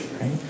right